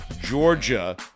Georgia